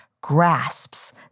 grasps